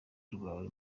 rwawe